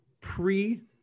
pre